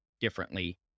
differently